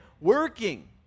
working